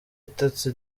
itatse